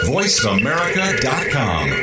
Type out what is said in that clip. VoiceAmerica.com